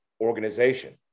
organization